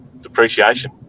Depreciation